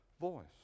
voice